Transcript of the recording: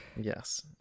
Yes